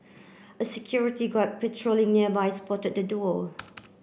a security guard patrolling nearby spotted the duo